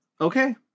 Okay